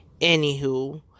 anywho